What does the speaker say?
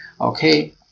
okay